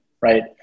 right